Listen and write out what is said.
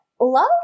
love